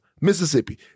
Mississippi